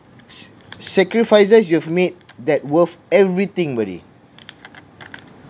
s~ sacrifices you have made that worth everything buddy